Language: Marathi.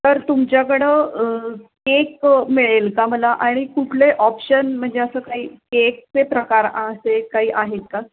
तर तुमच्याकडं केक मिळेल का मला आणि कुठले ऑप्शन म्हणजे असं काही केकचे प्रकार असे काही आहेत का